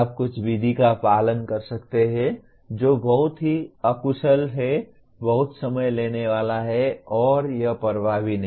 आप कुछ विधि का पालन कर सकते हैं जो बहुत ही अकुशल है बहुत समय लेने वाला है और यह प्रभावी नहीं है